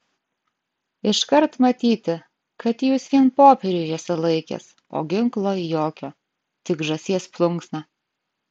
iškart matyti kad jūs vien popierių jose laikęs o ginklo jokio tik žąsies plunksną